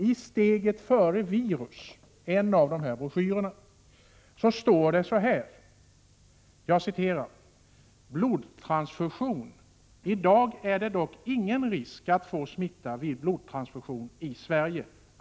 I Steget före virus, en av broschyrerna, står att smitta kan överföras vid blodtransfusion: ”I dag är det dock ingen risk att få smitta vid blodtransfusion i Sverige.